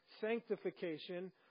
sanctification